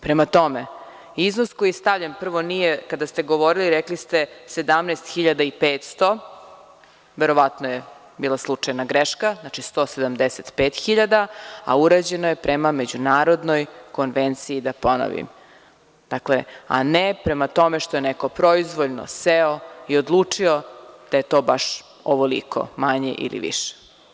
Prema tome, iznos koji je stavljen, prvo nije, kada ste govorili, rekli ste 17.500, verovatno je bila slučajna greška, znači, 175.000, a urađeno je prema Međunarodnoj konvenciji, a ne prema tome što je neko proizvoljno seo i odlučio da je to baš ovoliko, manje ili više.